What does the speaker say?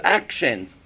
actions